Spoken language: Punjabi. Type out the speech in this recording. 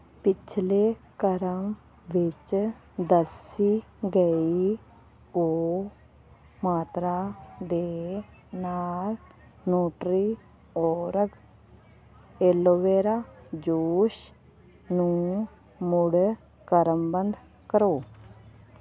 ਪਿਛਲੇ ਕ੍ਰਮ ਵਿੱਚ ਦੱਸੀ ਗਈ ਉਹ ਮਾਤਰਾ ਦੇ ਨਾਲ ਨੁਟਰੀਓਰਗ ਐਲੋ ਵੇਰਾ ਜੂਸ ਨੂੰ ਮੁੜ ਕ੍ਰਮਬੱਧ ਕਰੋ